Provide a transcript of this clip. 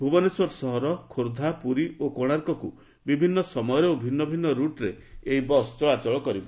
ଭୁବନେଶ୍ୱର ସହର ଖୋର୍ବ୍ରା ପୁରୀ ଓ କୋଶାର୍କକୁ ବିଭିନ୍ନ ସମୟରେ ଓ ଭିନ୍ନ ଭିନ୍ନ ରୁଟ୍ରେ ବସ୍ ଚଳାଚଳ କରିବ